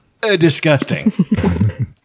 disgusting